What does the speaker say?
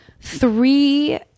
three